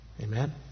Amen